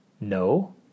No